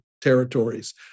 territories